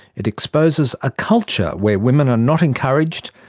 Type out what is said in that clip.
it exposes a culture where women are not encouraged,